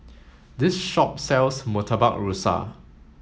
this shop sells Murtabak Rusa